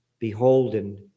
beholden